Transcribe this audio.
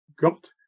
God